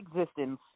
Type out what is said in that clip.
existence